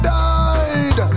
died